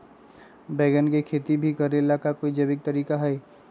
बैंगन के खेती भी करे ला का कोई जैविक तरीका है?